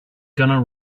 gonna